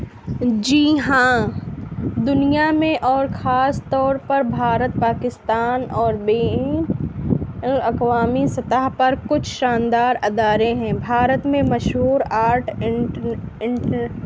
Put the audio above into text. جی ہاں دنیا میں اور خاص طور پر بھارت پاکستان اور بین الاقوامی سطح پر کچھ شاندار ادارے ہیں بھارت میں مشہور آرٹ